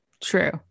True